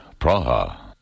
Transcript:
Praha